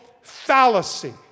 fallacy